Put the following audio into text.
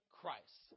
Christ